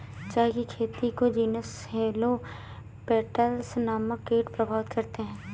चाय की खेती को जीनस हेलो पेटल्स नामक कीट प्रभावित करते हैं